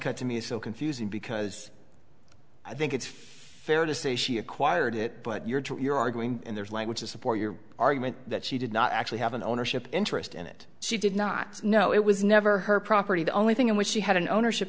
tt to me is so confusing because i think it's fair to say she acquired it but you're you're arguing and there's language of support your argument that she did not actually have an ownership interest in it she did not know it was never her property the only thing in which she had an ownership